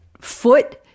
foot